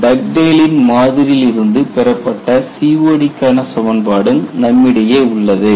டக்டேலின் மாதிரியிலிருந்து Dugdales model பெறப்பட்ட COD க்கான சமன்பாடும் நம்மிடையே உள்ளது